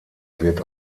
wird